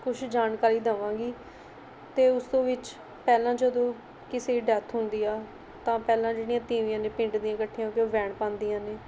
ਕੁਛ ਜਾਣਕਾਰੀ ਦੇਵਾਂਗੀ ਅਤੇ ਉਸ ਵਿੱਚ ਪਹਿਲਾਂ ਜਦੋਂ ਕਿਸੇ ਡੈੱਥ ਹੁੰਦੀ ਆ ਤਾਂ ਪਹਿਲਾਂ ਜਿਹੜੀਆਂ ਤੀਵੀਆਂ ਨੇ ਪਿੰਡ ਦੀਆਂ ਇਕੱਠੀਆਂ ਹੋ ਕੇ ਉਹ ਵੈਣ ਪਾਉਂਦੀਆਂ ਨੇ